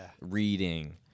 reading